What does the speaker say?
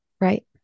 Right